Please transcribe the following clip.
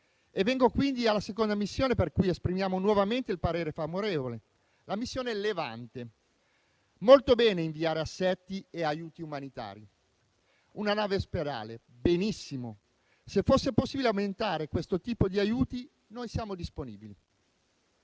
Vengo quindi alla seconda missione, per cui esprimiamo nuovamente il parere favorevole: la missione Levante. Va molto bene inviare assetti e aiuti umanitari e una nave ospedale e se fosse possibile aumentare questo tipo di aiuti, noi saremmo disponibili.